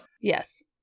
Yes